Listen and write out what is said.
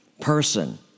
person